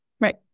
Right